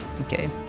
Okay